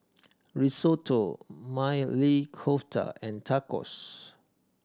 Risotto Maili Kofta and Tacos